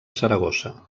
saragossa